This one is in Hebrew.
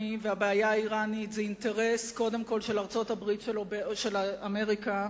והבעיה האירנית זה אינטרס קודם כול של ארצות-הברית של אמריקה.